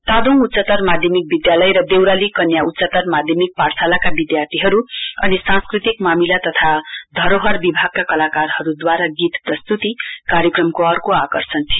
तादोङ उच्चतर माध्यमिक विधालय र देउराली कन्या उच्चतर माध्यमिक पाठशालाका विधार्थीहरु अनि सांस्कृति मामिला तथा धरोहर विभागका कलाकारहरुदूवारा गीत प्रस्तुती कार्यक्रमको अर्को आकर्षण थियो